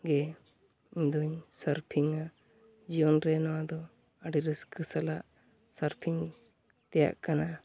ᱜᱮ ᱤᱧᱫᱚᱧ ᱥᱟᱨᱯᱷᱤᱝᱟ ᱡᱤᱭᱚᱱᱨᱮ ᱱᱚᱣᱟᱫᱚ ᱟᱹᱰᱤ ᱨᱟᱹᱥᱠᱟᱹ ᱥᱟᱞᱟᱜ ᱥᱟᱨᱯᱷᱤᱝ ᱛᱮᱭᱟᱜ ᱠᱟᱱᱟ